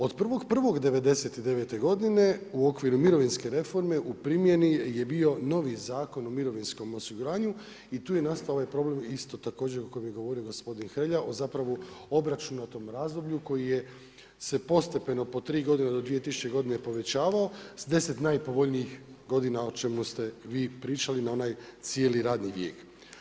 Od 01.01.1999. godine u okviru Mirovinske reforme u primjeni je bio novi Zakon o mirovinskom osiguranju i tu je nastao ovaj problem isto također o kojem je govori gospodin Hrelja o zapravo obračunatom razdoblju koje je se postepeno od po tri godine do 2000. godine povećavao s 10 najpovoljnijih godina o čemu ste vi pričali na onaj cijeli radni vijek.